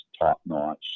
top-notch